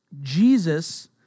Jesus